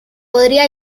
podría